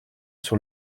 sur